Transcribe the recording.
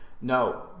No